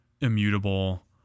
immutable